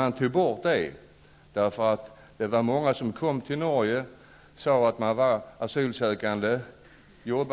Man tog bort den möjligheten, därför att den missbrukades av många som kom till Norge och uppgav att de var asylsökande. De fick jobb,